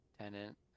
Tenant